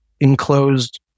enclosed